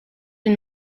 une